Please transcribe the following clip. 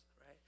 right